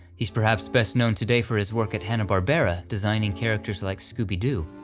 he's perhaps best known today for his work at hanna-barbera, designing characters like scooby-doo,